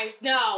No